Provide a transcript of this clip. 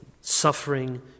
suffering